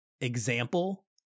example